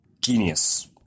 genius